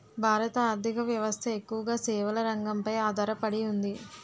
భారత ఆర్ధిక వ్యవస్థ ఎక్కువగా సేవల రంగంపై ఆధార పడి ఉంది